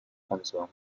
canción